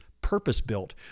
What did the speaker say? purpose-built